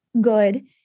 good